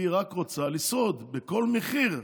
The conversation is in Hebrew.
היא רק רוצה לשרוד, בכל מחיר.